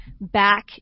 back